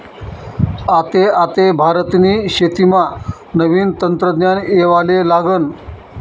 आते आते भारतनी शेतीमा नवीन तंत्रज्ञान येवाले लागनं